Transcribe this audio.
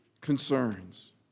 concerns